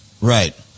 Right